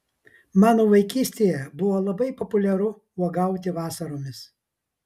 mano vaikystėje buvo labai populiaru uogauti vasaromis